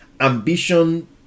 ambition